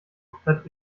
komplett